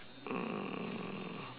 um